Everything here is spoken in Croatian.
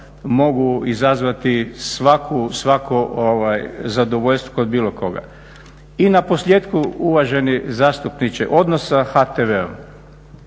mogu izazvati svako zadovoljstvo kod bilo koga. I naposljetku uvaženi zastupniče odnos sa HTV-om,